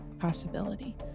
possibility